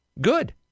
Good